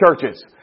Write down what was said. churches